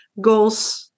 Goals